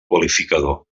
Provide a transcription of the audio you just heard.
qualificador